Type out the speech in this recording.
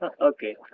Okay